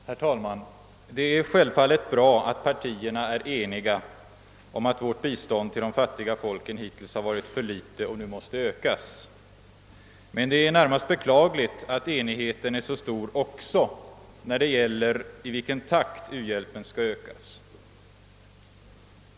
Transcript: Herr talman! Det är självfallet bra att partierna är eniga om att vårt bistånd till de fattiga folken hittills varit för litet och nu måste ökas. Men det är närmast beklagligt att enigheten också är så stor när det gäller i vilken takt u-hjälpen skall ökas.